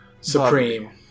Supreme